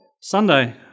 Sunday